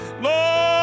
Lord